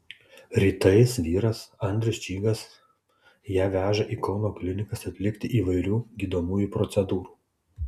rytais vyras andrius čygas ją veža į kauno klinikas atlikti įvairių gydomųjų procedūrų